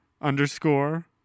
underscore